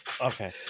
Okay